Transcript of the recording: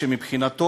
שמבחינתו